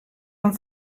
amb